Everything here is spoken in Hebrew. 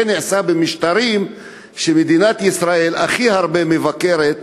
זה נעשה במשטרים שמדינת ישראל הכי הרבה מבקרת,